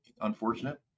unfortunate